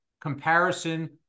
comparison